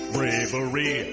Bravery